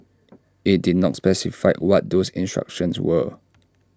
IT did not specify what those instructions were